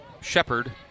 Shepard